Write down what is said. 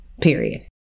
Period